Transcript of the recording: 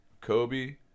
Kobe